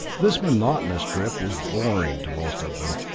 this monotonous trip was boring to most of them.